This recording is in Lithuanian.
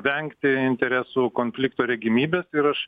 vengti interesų konflikto regimybės ir aš